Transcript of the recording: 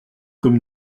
comme